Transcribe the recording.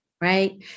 right